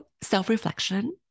self-reflection